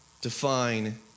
define